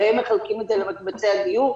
והם מחלקים את זה למקבצי הדיור.